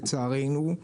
לצערנו,